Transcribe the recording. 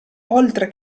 oltre